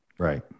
Right